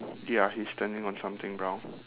ya he is standing on something brown